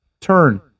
turn